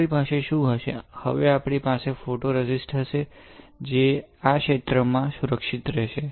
આપણી પાસે શુ હશે હવે આપણી પાસે ફોટોરેઝિસ્ટ હશે જે આ ક્ષેત્રમાંમાં સુરક્ષિત રહેશે